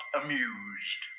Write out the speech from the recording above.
amused